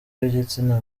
w’igitsina